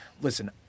Listen